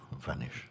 vanish